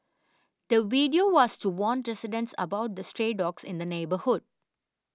the video was to warn residents about the stray dogs in the neighbourhood